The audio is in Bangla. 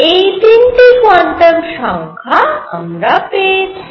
এই তিনটি কোয়ান্টাম সংখ্যা আমরা পেয়েছি